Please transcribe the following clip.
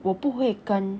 我不会跟